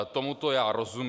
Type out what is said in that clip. Tomuto já rozumím.